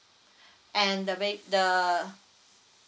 and the bab~ the